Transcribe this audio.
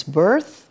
birth